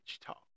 talk